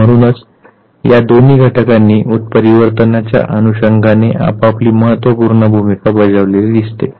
आणि म्हणूनच या दोन्ही घटकांनी उत्परिवर्तनाच्या अनुषंगाने आपापली महत्त्वपूर्ण भूमिका बजावलेली दिसते